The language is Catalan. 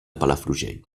palafrugell